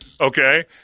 Okay